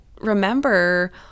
remember